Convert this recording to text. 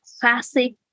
classic